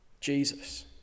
Jesus